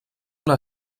una